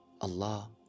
allah